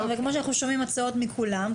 כמו שאנחנו שומעים הצעות מכולם,